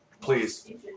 please